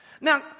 Now